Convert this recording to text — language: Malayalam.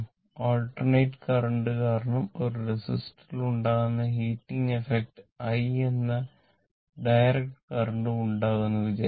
ആൾട്ടർനേറ്റ കറന്റ് കാരണം ഒരു റെസിസ്റ്റർ ൽ ഉണ്ടാവുന്ന ഹീറ്റിംഗ് എഫ്ഫക്റ്റ് i എന്ന ഡയറക്റ്റ് കറന്റ് ഉം ഉണ്ടാക്കും എന്ന് വിചാരിക്കുക